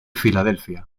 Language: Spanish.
filadelfia